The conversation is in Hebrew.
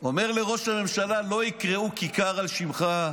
הוא אומר לראש הממשלה: לא יקראו כיכר על שמך,